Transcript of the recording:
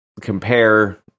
compare